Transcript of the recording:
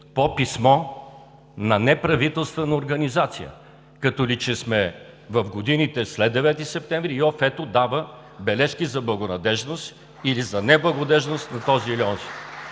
по писмо на неправителствена организация. Като че ли сме в годините след 9-и септември и ОФ-то дава бележки за благонадеждност, или за неблагонадеждност на този или онзи!